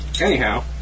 Anyhow